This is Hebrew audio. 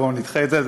בואו נדחה את זה.